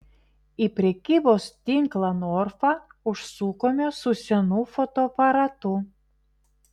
į prekybos tinklą norfa užsukome su senu fotoaparatu